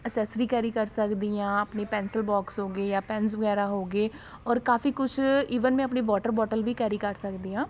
accessory carry ਕਰ ਸਕਦੀ ਹਾਂ ਆਪਣੀ ਪੈਨਸਿਲ ਬੋਕਸ ਹੋ ਗਏ ਜਾਂ ਪੈੱਨਸ ਹੋ ਗਏ ਓਰ ਕਾਫੀ ਕੁਛ ਇਵਨ ਮੈਂ ਆਪਣੀ ਵਾਟਰ ਬੋਟਲ ਵੀ ਕੈਰੀ ਕਰ ਸਕਦੀ ਹਾਂ